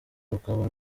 rukaba